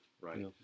right